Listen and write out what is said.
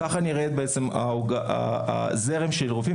ככה נראה זרם הרופאים.